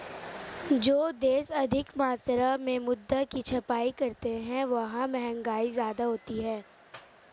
जो देश अधिक मात्रा में मुद्रा की छपाई करते हैं वहां महंगाई ज्यादा होती है